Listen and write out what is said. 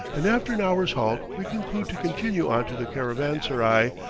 and after an hour's halt we conclude to continue on to the caravanserai,